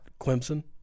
Clemson